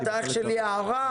את אח של יערה.